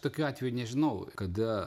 tokiu atveju nežinau kada